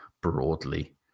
broadly